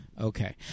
Okay